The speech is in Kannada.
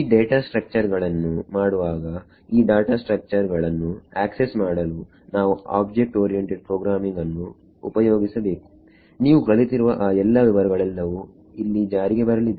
ಈ ಡಾಟಾ ಸ್ಟ್ರಕ್ಚರ್ ಗಳನ್ನು ಮಾಡುವಾಗ ಈ ಡಾಟಾ ಸ್ಟ್ರಕ್ಚರ್ ಗಳನ್ನು ಆಕ್ಸೆಸ್ ಮಾಡಲು ನಾವು ಆಬ್ಜೆಕ್ಟ್ ಓರಿಯೆಂಟೆಡ್ ಪ್ರೋಗ್ರಾಮಿಂಗ್ ಅನ್ನು ಉಪಯೋಗಿಸಬೇಕು ನೀವು ಕಲಿತಿರುವ ಆ ಎಲ್ಲಾ ವಿವರಗಳೆಲ್ಲವೂ ಇಲ್ಲಿ ಜಾರಿಗೆ ಬರಲಿದೆ